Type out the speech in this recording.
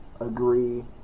agree